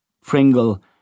Pringle